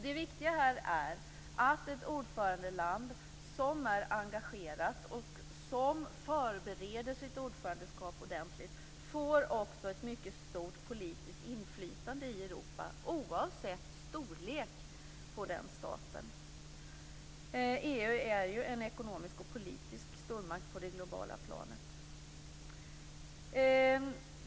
Det viktiga här är att ett ordförandeland som är engagerat och som förbereder sitt ordförandeskap ordentligt också får ett mycket stort politiskt inflytande i Europa, oavsett den statens storlek. EU är ju en ekonomisk och politisk stormakt på det globala planet.